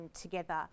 together